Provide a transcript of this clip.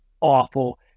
awful